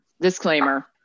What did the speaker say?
disclaimer